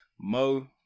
Mo